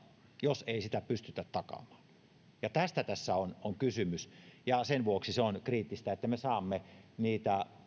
jos ei sitä pystytä takaamaan tästä tässä on on kysymys ja sen vuoksi se on kriittistä että me saamme niitä